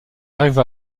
arrive